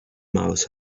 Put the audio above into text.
mouse